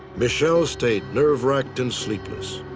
michele stayed nerve-racked and sleepless.